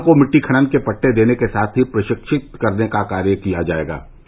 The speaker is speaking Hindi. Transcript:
कुम्हारो को मिट्टी खनन के पट्टे देने के साथ ही प्रषिक्षित करने का कार्य किया जायेगा